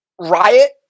Riot